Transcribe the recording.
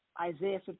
Isaiah